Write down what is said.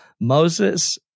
Moses